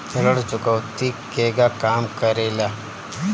ऋण चुकौती केगा काम करेले?